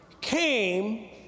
came